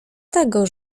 tego